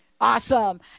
Awesome